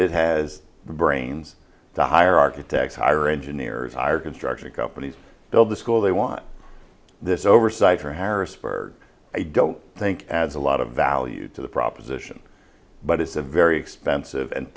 it has the brains to hire architects hire engineers hire construction companies build the school they want this oversight for harrisburg i don't think adds a lot of value to the proposition but it's a very expensive and